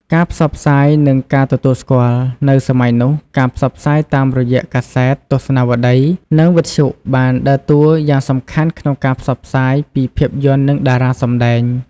ការផ្សព្វផ្សាយនិងការទទួលស្គាល់ នៅសម័យនោះ ការផ្សព្វផ្សាយតាមរយៈកាសែត ទស្សនាវដ្ដី និងវិទ្យុបានដើរតួយ៉ាងសំខាន់ក្នុងការផ្សព្វផ្សាយពីភាពយន្តនិងតារាសម្តែង។